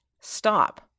Stop